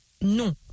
Non